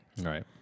Right